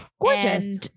Gorgeous